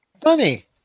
Funny